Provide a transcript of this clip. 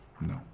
No